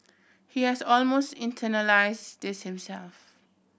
he has almost internalise this himself